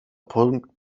punkt